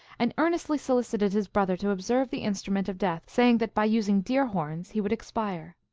and earnestly solicited his brother to observe the instrument of death, saying that by using deer-horns he would expire.